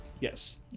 Yes